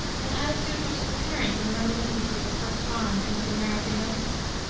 an attitude which is apparent in the reminiscences of brook farm in his american note books,